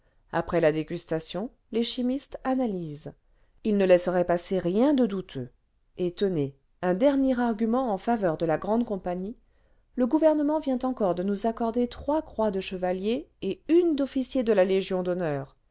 après la dégustation les chimistes analysent ils ne laisseraient passer rien de douteux et tenez un dernier argument en faveur cle la grande compagnie le gouvernement vient encore cle nous accorder trois l arrivee du repas chez un abonne de la compagnie croix de chevalier et une d'officier de la légion d'honneur